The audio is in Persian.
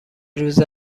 روز